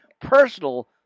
personal